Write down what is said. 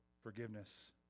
forgiveness